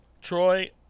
Troy